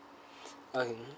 okay